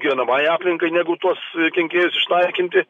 gyvenamajai aplinkai negu tuos kenkėjus išnaikinti